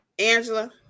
Angela